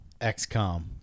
XCOM